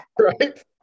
Right